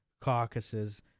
caucuses